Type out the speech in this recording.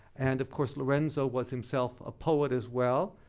and of course, lorenzo was himself a poet as well,